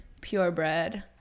purebred